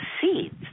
seeds